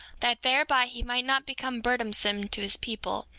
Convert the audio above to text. that thereby he might not become burdensome to his people,